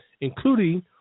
including